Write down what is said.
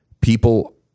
people